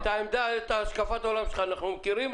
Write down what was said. את השקפת העולם שלך אנחנו מכירים,